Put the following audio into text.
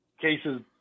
cases